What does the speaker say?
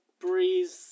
breeze